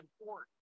important